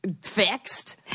fixed